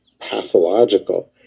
pathological